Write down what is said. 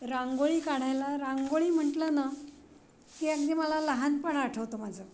रांगोळी काढायला रांगोळी म्हंटलं ना की अगदी मला लहानपण आठवतं माझं